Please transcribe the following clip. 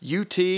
UT